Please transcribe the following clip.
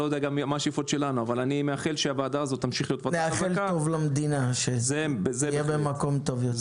נאחל טוב למדינה, שנהיה במקום טוב יותר.